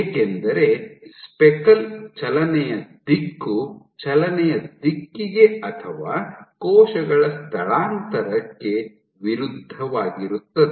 ಏಕೆಂದರೆ ಸ್ಪೆಕಲ್ ಚಲನೆಯ ದಿಕ್ಕು ಚಲನೆಯ ದಿಕ್ಕಿಗೆ ಅಥವಾ ಕೋಶಗಳ ಸ್ಥಳಾಂತರಕ್ಕೆ ವಿರುದ್ಧವಾಗಿರುತ್ತದೆ